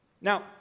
Now